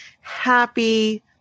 happy